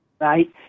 right